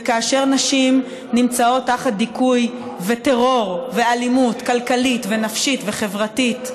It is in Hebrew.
וכאשר נשים נמצאות תחת דיכוי וטרור ואלימות כלכלית ונפשית וחברתית,